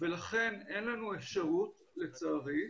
ולכן אין לנו אפשרות, לצערי,